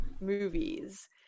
movies